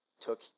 took